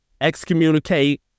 excommunicate